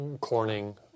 Corning